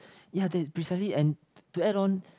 ya that's precisely and to add on